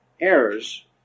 errors